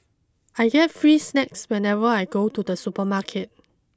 I get free snacks whenever I go to the supermarket